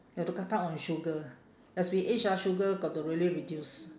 you have to cut down on sugar as we age ah sugar got to really reduce